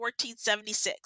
1476